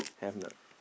have or not